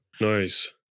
Nice